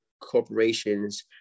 corporations